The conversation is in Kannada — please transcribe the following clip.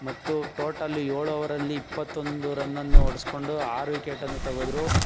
ಮತ್ತು ಟೋಟಲ್ ಏಳು ಓವರಲ್ಲಿ ಇಪ್ಪತ್ತೊಂದು ರನ್ನನ್ನು ಹೊಡೆಸ್ಕೊಂಡು ಆರು ವಿಕೆಟನ್ನು ತೆಗೆದ್ರು